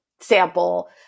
sample